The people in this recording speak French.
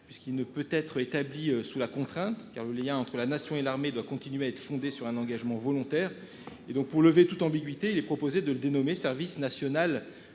puisqu'il ne peut être établi sous la contrainte car le lien entre la nation et l'armée doit continuer à être fondée sur un engagement volontaire et donc pour lever toute ambiguïté, il est proposé de le dénommé service national